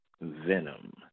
Venom